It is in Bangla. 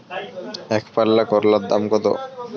একপাল্লা করলার দাম কত?